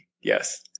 yes